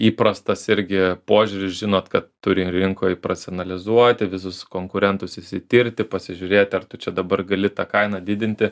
įprastas irgi požiūris žinot kad turi rinkoj prasianalizuoti visus konkurentus išsitirti pasižiūrėti ar tu čia dabar gali tą kainą didinti